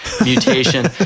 mutation